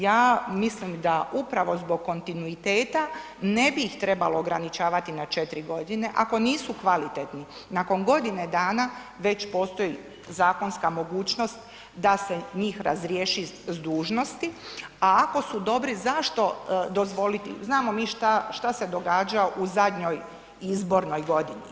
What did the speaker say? Ja mislim da upravo zbog kontinuiteta ne bi ih trebalo ograničavati na 4 godine, ako nisu kvalitetni nakon godine dana već postoji zakonska mogućnost da se njih razriješi s dužnosti, a ako su dobri zašto dozvoliti, znamo mi šta se događa u zadnjoj izbornoj godini.